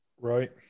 Right